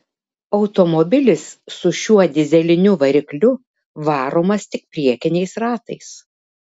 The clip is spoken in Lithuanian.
automobilis su šiuo dyzeliniu varikliu varomas tik priekiniais ratais